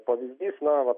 pavyzdys na vat